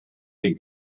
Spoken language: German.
den